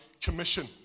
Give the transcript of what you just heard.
Commission